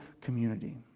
community